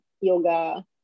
yoga